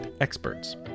experts